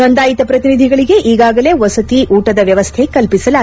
ನೋಂದಾಯಿತ ಪ್ರತಿನಿಧಿಗಳಿಗೆ ಈಗಾಗಲೇ ವಸತಿ ಊಟದ ವ್ಯವಸ್ಥೆ ಕಲ್ಲಿಸಲಾಗಿದೆ